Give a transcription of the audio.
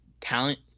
talent